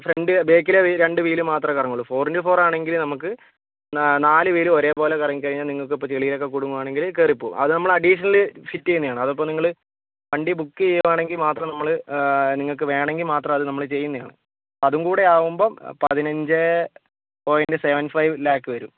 front ബാക്കിലെ രണ്ടു wheel മാത്രമേ കറങ്ങുള്ളൂ ഫോർ ഇൻറ്റു ഫോർ ആണെങ്കില് നമുക്ക് നാല് വീലും ഒരേപോലെ കറങ്ങിക്കഴിഞ്ഞാൽ നിങ്ങൾക്കിപ്പോൾ ചെളീലൊക്കെ കുടുങ്ങുകയാണെങ്കില് കേറി പോവും അത് നമ്മള് അഡീഷണല് ഫിറ്റ് ചെയ്യണേണ് അതിപ്പോൾ നിങ്ങള് വണ്ടി ബുക്ക് ചെയ്യുവാണെങ്കിൽ മാത്രം നമ്മള് നിങ്ങക്ക് വേണമെങ്കിൽ മാത്രം നമ്മള് ചെയ്യുന്നതാണ് അതുംകൂടെ ആകുമ്പോൾ പതിനഞ്ചേ പോയിൻറ്റ് സെവൻ ഫൈവ് ലാക്ക് വരും